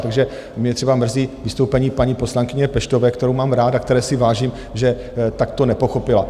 Takže mě třeba mrzí vystoupení paní poslankyně Peštové, kterou mám rád a které si vážím, že takto nepochopila.